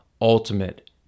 ultimate